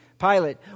Pilate